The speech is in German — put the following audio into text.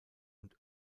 und